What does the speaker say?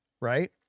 right